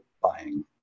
buying